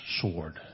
sword